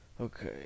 Okay